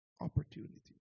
opportunity